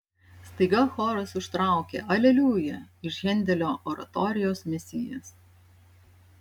staiga choras užtraukė aleliuja iš hendelio oratorijos mesijas